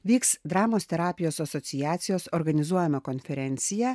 vyks dramos terapijos asociacijos organizuojama konferencija